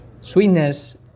Sweetness